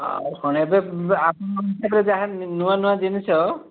ଆଉ ଏବେ ଆପଣଙ୍କରେ ଯାହା ନୂଆ ନୂଆ ଜିନିଷ